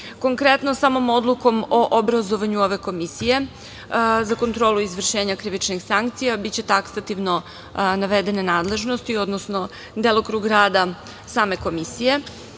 Konkretno, samom odlukom o obrazovanju ove komisije za kontrolu izvršenja krivičnih sankcija biće taksativno navedene nadležnosti, odnosno delokrug rada same komisije.